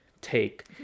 take